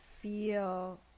feel